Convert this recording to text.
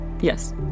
Yes